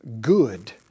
good